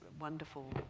wonderful